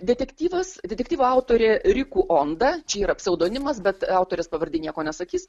detektyvas detektyvų autorė riku onda čia yra pseudonimas bet autorės pavardė nieko nesakys